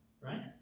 right